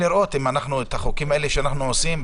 לראות האם יש או אין הסדרים בחוקים שאנחנו עושים.